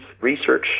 research